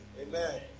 Amen